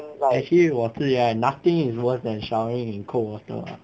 actually 我是 right nothing is worse than showering in cold water lah